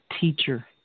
teacher